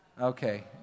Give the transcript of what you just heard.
okay